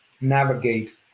navigate